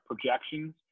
projections